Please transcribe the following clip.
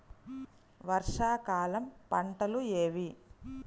వర్షాకాలం పంటలు ఏవి?